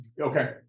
okay